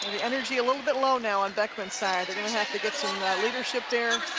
the energy a little bit low now on beckman's side they're going to have to get some leadership there,